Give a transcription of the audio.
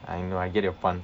I know I get your pun